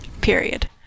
period